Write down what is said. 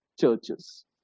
churches